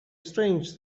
strange